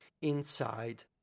inside